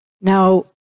Now